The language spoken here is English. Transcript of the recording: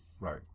Right